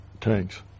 tanks